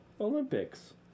Olympics